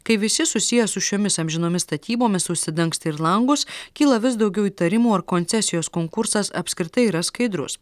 kai visi susiję su šiomis amžinomis statybomis užsidangstė ir langus kyla vis daugiau įtarimų ar koncesijos konkursas apskritai yra skaidrus